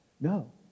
No